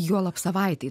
juolab savaitei